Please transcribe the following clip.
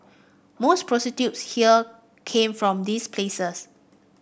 most prostitutes here came from these places